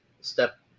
step